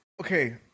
okay